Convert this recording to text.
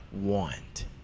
want